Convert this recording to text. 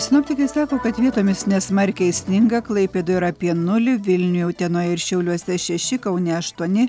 sinoptikai sako kad vietomis nesmarkiai sninga klaipėdoje yra apie nulį vilniuje utenoje ir šiauliuose šeši kaune aštuoni